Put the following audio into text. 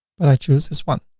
and i choose this one.